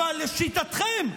אבל לשיטתכם,